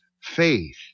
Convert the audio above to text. faith